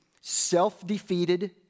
self-defeated